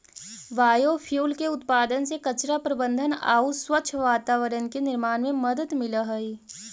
biofuel के उत्पादन से कचरा प्रबन्धन आउ स्वच्छ वातावरण के निर्माण में मदद मिलऽ हई